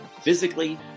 physically